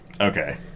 Okay